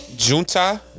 Junta